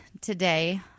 today